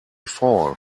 fall